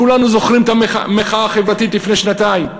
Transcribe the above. כולנו זוכרים את המחאה החברתית לפני שנתיים,